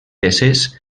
peces